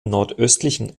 nordöstlichen